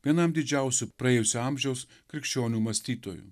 vienam didžiausių praėjusio amžiaus krikščionių mąstytojų